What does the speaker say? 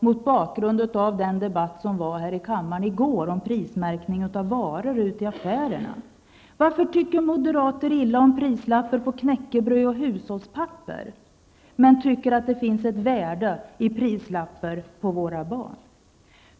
Mot bakgrund av den debatt som ägde rum här i kammaren om prismärkning av varor i affärerna, varför moderaterna tycker illa om prislappar på knäckebröd och hushållspapper men tycker att det finns ett värde i prislappar på våra barn.